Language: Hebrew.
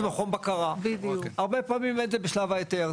הרבה פעמים אין זה בשלב ההיתר.